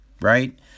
right